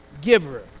giver